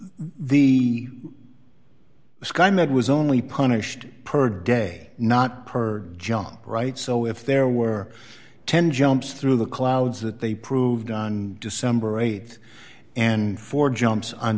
the skynet was only punished per day not per junk right so if there were ten jumps through the clouds that they proved on december th and four jumps on